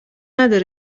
ندارد